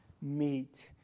meet